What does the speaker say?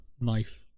knife